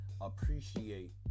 appreciate